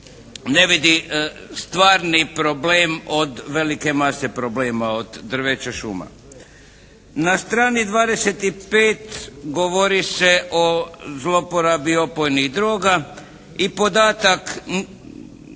ne vidi stvarni problem od velike mase problema, od drveća šuma. Na strani 25. govori se o zlouporabi opojnih droga i podatak